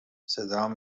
صدام